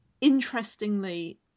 interestingly